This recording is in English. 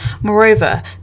Moreover